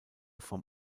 vom